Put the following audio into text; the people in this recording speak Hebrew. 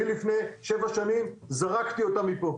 אני לפני 7 שנים זרקתי אותם מפה,